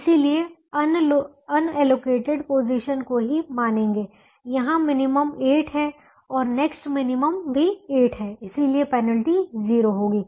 केवल unallocated position को ही मानेंगे यहां मिनिमम 8 है और नेक्स्ट मिनिमम भी 8 है इसलिए पेनल्टी 0 होगी